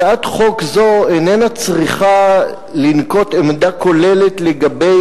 הצעת חוק זו איננה צריכה לנקוט עמדה כוללת לגבי